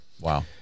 Wow